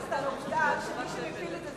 לא התייחסת לעובדה שמי שמפיל את זה,